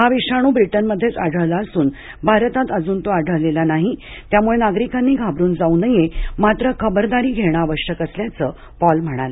हा विषाणू ब्रिटनमध्येच आढळला असून भारतात अजून तो आढळलेला नाही त्यामुळे नागरिकांनी घाबरून जाऊ नये मात्र खबरदारी घेण आवश्यक असल्याचं पॉल म्हणाले